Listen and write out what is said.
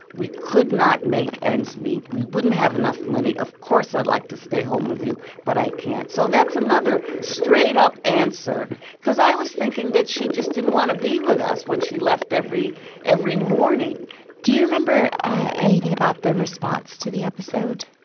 we could not make ends meet. we wouldn't have enough money. of course i'd like to stay home with you, but i can't. so that's another straight-up answer because i was thinking that she just didn't want to be with us when she left every every morning do you remember anything about the response to the episode?